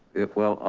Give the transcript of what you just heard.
it well,